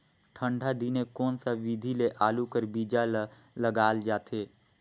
ठंडा दिने कोन सा विधि ले आलू कर बीजा ल लगाल जाथे?